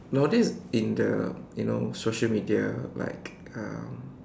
nowadays in the you know the social media like um